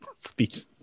speech